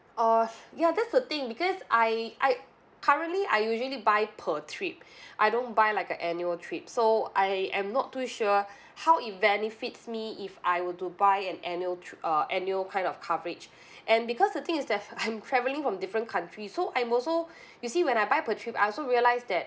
uh ya that's a thing because I I currently I usually buy per trip I don't buy like an annual trip so I am not too sure how it benefits me if I were to buy an annual tri~ uh annual kind of coverage and because the thing is that I'm travelling from different country so I'm also you see when I buy per trip I also realized that